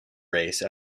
race